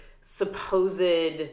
supposed